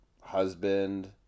husband